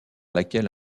laquelle